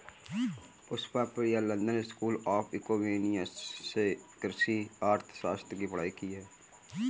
Pushpam Priya London School of Economics से कृषि अर्थशास्त्र की पढ़ाई की है